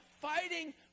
fighting